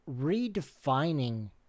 redefining